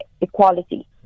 equality